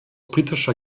britischer